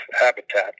habitat